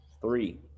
three